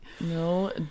no